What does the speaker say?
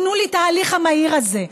תנו לי את ההליך המהיר הזה,